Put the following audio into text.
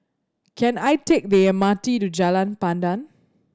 can I take the M R T to Jalan Pandan